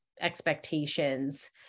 expectations